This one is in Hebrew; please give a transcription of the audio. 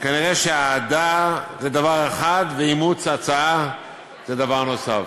כנראה אהדה זה דבר אחד ואימוץ הצעה זה דבר נוסף.